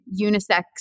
unisex